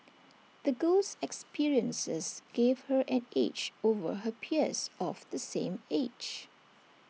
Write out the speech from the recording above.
the girl's experiences gave her an edge over her peers of the same age